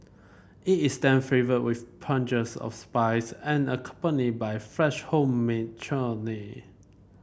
it is then flavoured with punches of spice and accompanied by fresh homemade chutney